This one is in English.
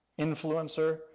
influencer